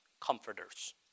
comforters